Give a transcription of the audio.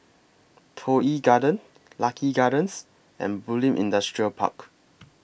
Toh Yi Garden Lucky Gardens and Bulim Industrial Park